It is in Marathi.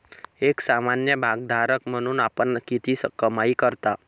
एक सामान्य भागधारक म्हणून आपण किती कमाई करता?